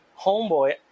homeboy